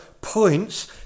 points